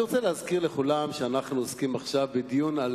אני רוצה להזכיר לכולם שאנחנו עוסקים עכשיו בדיון על